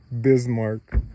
bismarck